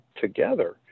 together